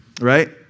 right